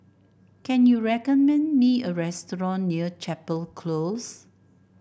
can you recommend me a restaurant near Chapel Close